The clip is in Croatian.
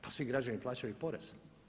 Pa svi građani plaćaju i porez.